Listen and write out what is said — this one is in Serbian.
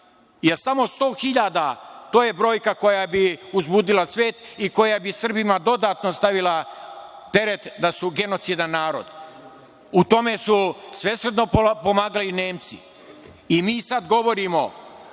Jer, samo 100.000 to je brojka koja bi uzbudila svet i koja bi Srbima dodatno stavila teret da su genocidan narod. U tome su svesrdno pomagali Nemci. Mi sad govorimo